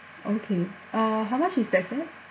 okay uh how much is that set